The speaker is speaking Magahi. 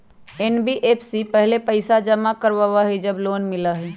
एन.बी.एफ.सी पहले पईसा जमा करवहई जब लोन मिलहई?